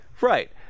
Right